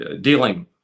dealing